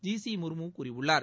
G C Murmu கூறியுள்ளார்